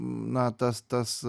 na tas tas